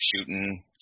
shooting